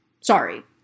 Sorry